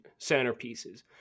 centerpieces